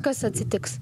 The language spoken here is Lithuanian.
kas atsitiks